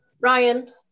Ryan